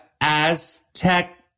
Aztec